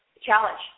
challenge